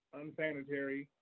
unsanitary